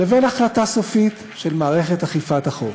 לבין החלטה סופית של מערכת אכיפת החוק.